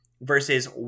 versus